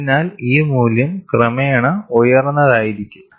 അതിനാൽ ഈ മൂല്യം ക്രമേണ ഉയർന്നതായിരിക്കും